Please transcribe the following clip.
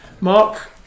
mark